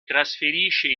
trasferisce